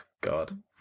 God